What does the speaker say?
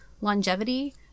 longevity